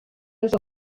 duzu